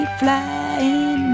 flying